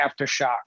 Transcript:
Aftershock